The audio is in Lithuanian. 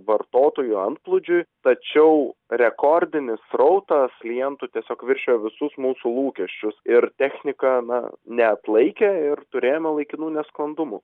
vartotojų antplūdžiui tačiau rekordinis srautas klientų tiesiog viršijo visus mūsų lūkesčius ir technika na neatlaikė ir turėjome laikinų nesklandumų